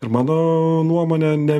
ir mano nuomone ne